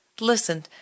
Listen